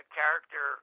character